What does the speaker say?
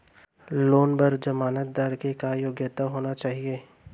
Loan बर जमानतदार के का योग्यता होना चाही?